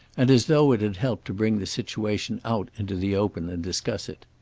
and as though it had helped to bring the situation out into the open and discuss it.